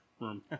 room